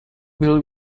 will